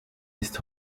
ist